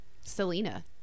Selena